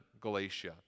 Galatia